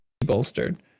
bolstered